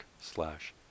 slash